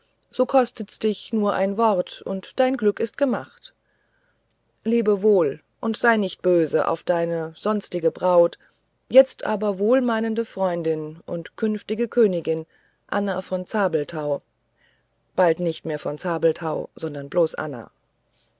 so kostet dich's nur ein wort und dein glück ist gemacht lebe wohl und sei nicht böse auf deine sonstige braut jetzt aber wohlmeinende freundin und künftige königin anna von zabelthau bald aber nicht mehr von zabelthau sondern bloß anna